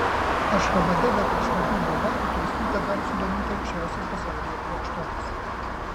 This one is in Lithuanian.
ašchabade be prašmatnių bulvarų turistus dar gali sudominti aukščiausias pasaulyje flagštokas